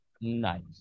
Nice